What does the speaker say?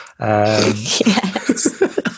Yes